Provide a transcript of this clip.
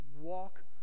Walk